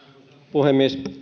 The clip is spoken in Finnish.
puhemies